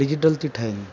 digital थी ठहे